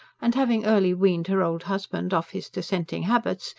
and, having early weaned her old husband of his dissenting habits,